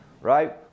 right